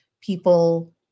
people